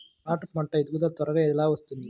టమాట పంట ఎదుగుదల త్వరగా ఎలా వస్తుంది?